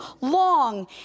long